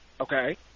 Okay